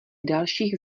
dalších